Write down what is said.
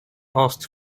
asked